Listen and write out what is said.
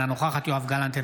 אינה נוכחת יואב גלנט,